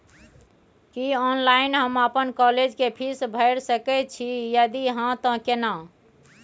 की online हम अपन college के फीस भैर सके छि यदि हाँ त केना?